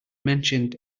mentioned